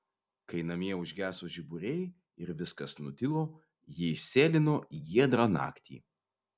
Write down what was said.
kai namie užgeso žiburiai ir viskas nutilo ji išsėlino į giedrą naktį